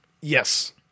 Yes